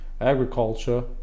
agriculture